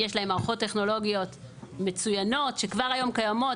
יש להם מערכות טכנולוגיות מצוינות שכבר היום קיימות,